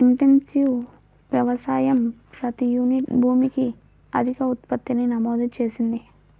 intensive వ్యవసాయం ప్రతి unit భూమికి అధిక ఉత్పత్తిని నమోదు చేసింది